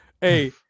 Hey